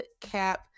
cap